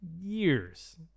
years